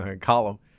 column